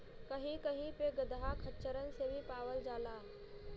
कही कही पे गदहा खच्चरन से भी पावल जाला